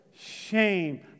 shame